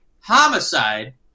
homicide